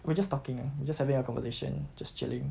we're just talking we're just having a conversation just chilling